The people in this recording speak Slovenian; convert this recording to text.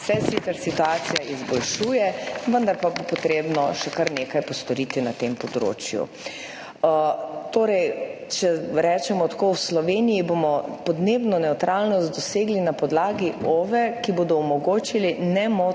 se situacija izboljšuje, vendar pa bo potrebno še kar nekaj postoriti na tem področju. Če rečemo tako. V Sloveniji bomo podnebno nevtralnost dosegli na podlagi OVE, ki bodo omogočili nemoteno